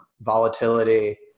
volatility